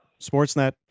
sportsnet